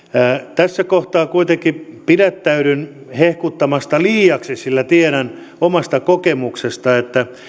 tässä kohtaa kuitenkin pidättäydyn hehkuttamasta liiaksi sillä tiedän omasta kokemuksesta että